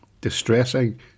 Distressing